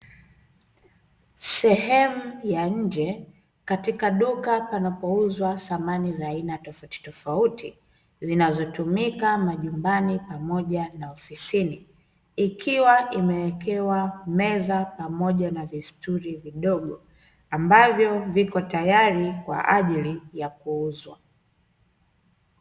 Sehemu ya nje katika duka panapouzwa samani za aina tofautitofauti, zinazotumika majumbani pamoja na ofsini, ikiwa imewekewa meza pamoja na vistuli vidogo ambavyo viko tayari kwa ajili ya kuuzwa.